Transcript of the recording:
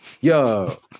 Yo